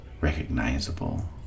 recognizable